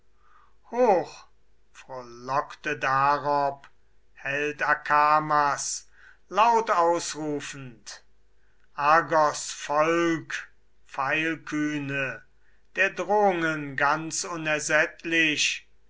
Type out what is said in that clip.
hoch frohlockte darob held akamas laut ausrufend argos volk pfeilkühne der drohungen ganz unersättlich